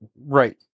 Right